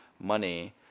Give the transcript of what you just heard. money